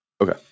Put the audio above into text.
Okay